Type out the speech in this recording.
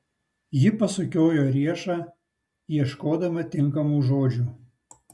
ji pasukiojo riešą ieškodama tinkamų žodžių